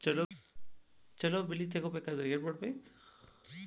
ಛಲೋ ಬೆಳಿ ತೆಗೇಬೇಕ ಅಂದ್ರ ಏನು ಮಾಡ್ಬೇಕ್?